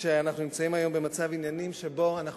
שאנחנו נמצאים היום במצב עניינים שבו אנחנו